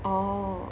oh